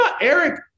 Eric